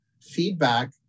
feedback